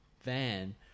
van